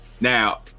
Now